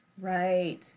Right